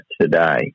today